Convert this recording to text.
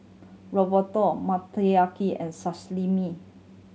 Ravioli Motoyaki and Salami